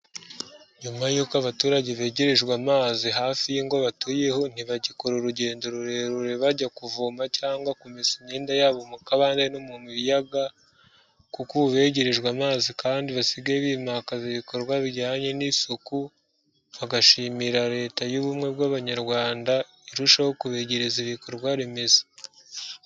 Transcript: Nyuma y'uko abaturage begerejwe amazi hafi y'ingo batuyeho, ntibagikora urugendo rurerure bajya kuvoma cyangwa kumesa imyenda yabo mu kabande no mu biyaga, kuko ubu begerejwe amazi kandi basigaye bimakaza ibikorwa bijyanye n'isuku, bagashimira Leta y'ubumwe bw'Abanyarwanda irushaho kubegereza ibikorwa remezo.